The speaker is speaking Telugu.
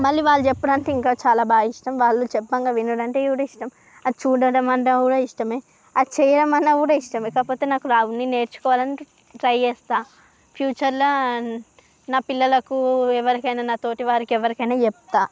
మళ్ళీ వాళ్ళు చెప్పినాంక ఇంకా చాలా బాగా ఇష్టం వాళ్ళు చెప్పంగా వినుడు అంటే కూడా ఇష్టం అది చూడడం అన్నా కూడా ఇష్టమే అది చేయడం అన్నా కూడా ఇష్టమే కాకపోతే నాకు రాదు నేను నేర్చుకోవడానికి ట్రై చేస్తా ఫ్యూచర్ లో నా పిల్లలకు ఎవరికైనా నా తోటి వారికి ఎవరికైనా చెప్తా